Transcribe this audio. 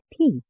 peace